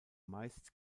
meist